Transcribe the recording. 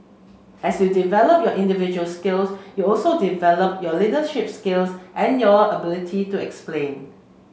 as you develop your individual skills you also develop your leadership skills and your ability to explain